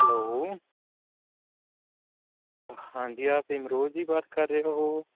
hello ہاں جی آپ امروز جی بات کر رہے ہو